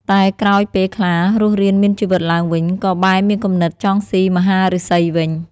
តែក្រោយពេលខ្លារស់រានមានជីវិតឡើងវិញ ក៏បែរមានគំនិតចង់ស៊ីមហាឫសីវិញ។